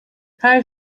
her